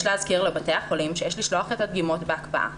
יש להזכיר לבתי החולים שיש לשלוח את הדגימות בהקפאה.